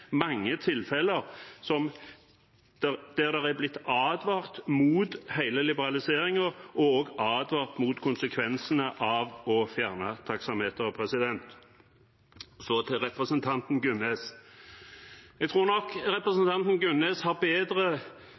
mange, mange tilfeller der det er blitt advart mot hele liberaliseringen og mot konsekvensene av å fjerne taksametrene. Så til representanten Gunnes: Jeg tror nok representanten Gunnes har